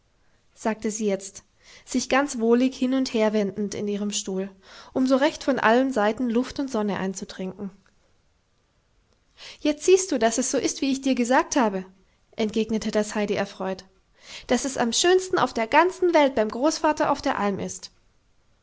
sagte sie jetzt sich ganz wohlig hin und her wendend in ihrem stuhl um so recht von allen seiten luft und sonne einzutrinken jetzt siehst du daß es so ist wie ich dir gesagt habe entgegnete das heidi erfreut daß es am schönsten auf der ganzen welt beim großvater auf der alm ist